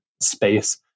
space